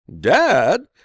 dad